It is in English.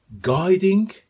guiding